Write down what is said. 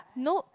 no